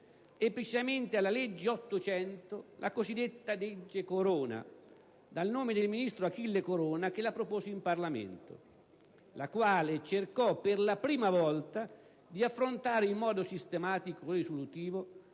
e precisamente alla legge n. 800 - la cosiddetta legge Corona, dal nome del ministro Achille Corona che la propose in Parlamento - la quale cercò per la prima volta di affrontare in modo sistematico e risolutivo